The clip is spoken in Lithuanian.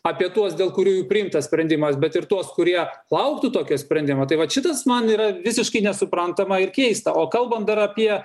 apie tuos dėl kuriųjų priimtas sprendimas bet ir tuos kurie lauktų tokio sprendimo tai vat šitas man yra visiškai nesuprantama ir keista o kalbant dar apie